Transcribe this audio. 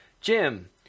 Jim